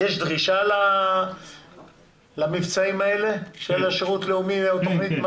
יש דרישה למבצעים האלה של שירות לאומי או תוכנית מסע?